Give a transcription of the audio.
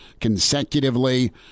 consecutively